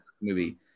movie